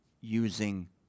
using